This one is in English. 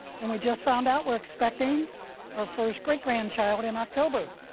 and we just found out we're expecting our first great grandchild in october.